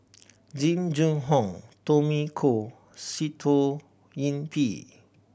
Jing Jun Hong Tommy Koh Sitoh Yih Pin